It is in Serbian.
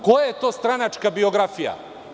Koja je to stranačka biografija?